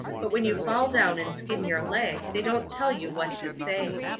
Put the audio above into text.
but when you fall down and skin your leg they don't tell you what to say.